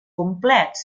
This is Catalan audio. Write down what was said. complets